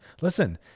Listen